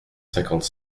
cinquante